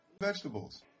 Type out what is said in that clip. vegetables